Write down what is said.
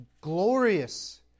glorious